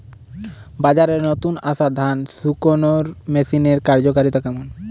বাজারে নতুন আসা ধান শুকনোর মেশিনের কার্যকারিতা কেমন?